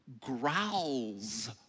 growls